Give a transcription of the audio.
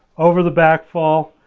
over the backfall,